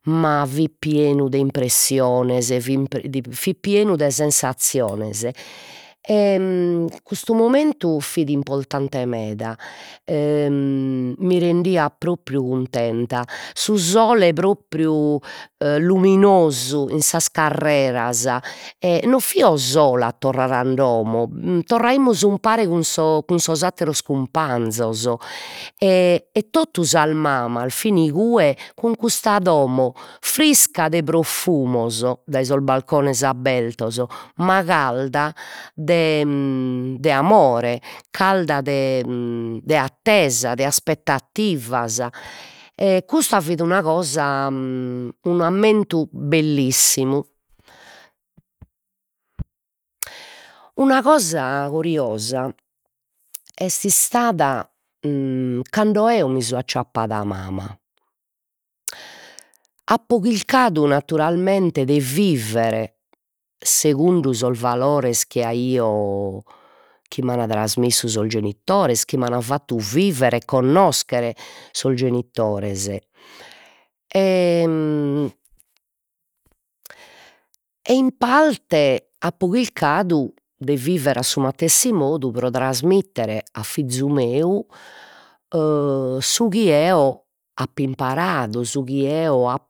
Ma fit pienu de impressiones, fin fit pienu de sensazziones e custu momentu fit importante meda e mi rendiat propriu cuntenta, su sole propriu e luminosu in sas carreras, e non fio sola a torrare a domo, torraimus umpare cun sos cun sos atteros cumpanzos e e totu sas mamas fin igue cun custa domo frisca de profumos dai sos balcones abbertos, ma calda de de amore, calda de de attesa, de aspettativas e custa fit una cosa un'ammentu bellissimu, una cosa coriosa est istada cando eo mi so acciappada mama, apo chilcadu naturalmente de viver segundu sos valores chi aio, chi m'an trasmissu sos genitores, chi m'an fattu viver e connoscher sos genitores e e in parte apo chilcadu de viver a su matessi modu pro trasmittere a fizu meu e su chi eo ap'imparadu su chi eo a